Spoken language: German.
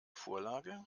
vorlage